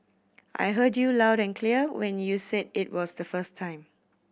I heard you loud and clear when you said it was the first time